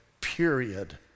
period